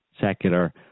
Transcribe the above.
secular